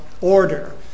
order